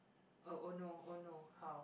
oh oh no oh no how